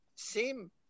seem